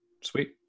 Sweet